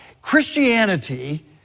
Christianity